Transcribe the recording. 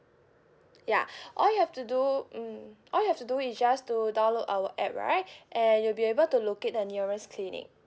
ya all you have to do mm all you have to do is just to download our app right and you'll be able to locate the nearest clinic